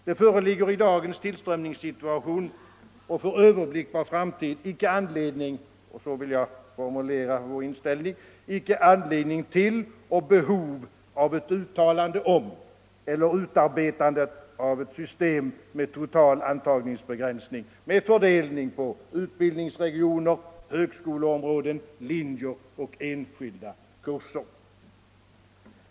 Det föreligger i dag och för överblickbar framtid en tillströmningssituation — så vill jag formulera vår inställning — som icke ger anledning till och skapar behov av ett uttalande om eller utarbetande av ett system med total antagningsbegränsning med fördelning på utbildningsregioner, högskoleområden, linjer och enskilda kurser.